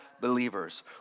believers